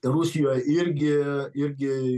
rusijoj irgi irgi